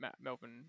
Melbourne